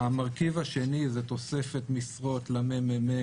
המרכיב השני זה תוספת משרות למרכז המחקר והמידע,